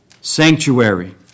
sanctuary